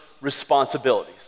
responsibilities